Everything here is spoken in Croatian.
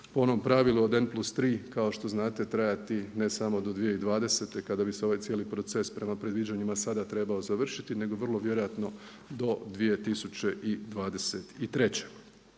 u onom pravilu kao što znate traje tih ne samo do 2020. kada bi se ovaj cijeli proces prema predviđanjima sada trebao završiti nego vjerojatno do 2023.